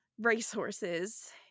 racehorses